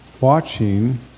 watching